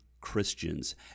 christians